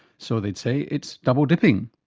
so they'd say it's double-dipping.